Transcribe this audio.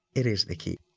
it is the key.